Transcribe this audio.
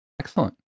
Excellent